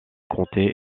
comté